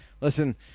listen